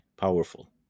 powerful